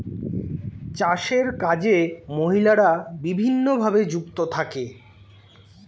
চাষের কাজে মহিলারা বিভিন্নভাবে যুক্ত থাকে